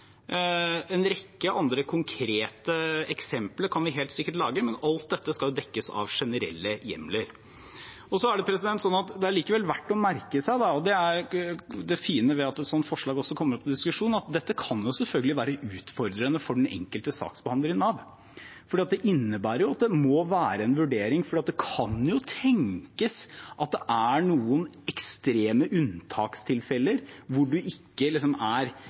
er likevel verdt å merke seg, og det er det fine ved at et slikt forslag kommer opp til diskusjon, at dette selvfølgelig kan være utfordrende for den enkelte saksbehandler i Nav, for det innebærer jo at det må være en vurdering – det kan jo tenkes at det er noen ekstreme unntakstilfeller der det ikke er høvelig arbeid for den enkelte deltaker, men svaret på det tror jeg ikke er